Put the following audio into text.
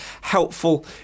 helpful